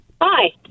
Hi